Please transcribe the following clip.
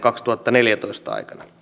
kaksituhattaneljätoista aikana